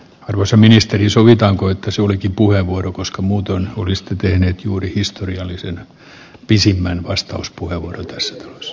arvoisa ministeri sovitaanko että suurikin puheenvuoro koska muutoin kuristi tehneet juuri historiallisen pisimmän vastauspuheenvuoron tässä s